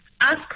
ask